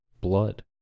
blood